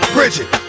Bridget